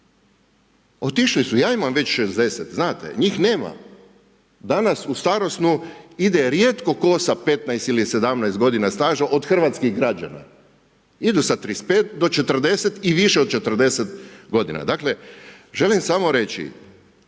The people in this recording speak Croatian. Otišli su. Ja imam već 60 znate. Njih nema. Danas u starosnu ide rijetko tko sa 15 ili 17 godina staža od hrvatskih građana. Idu sa 35 do 40 i više od 40 godina. Dakle, želim samo reći